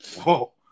whoa